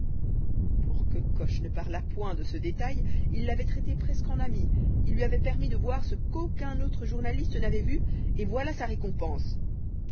pour que coche ne parlât point de ce détail il l'avait traité presque en ami il lui avait permis de voir ce qu'aucun autre journaliste n'avait vu et voilà sa récompense